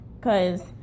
Cause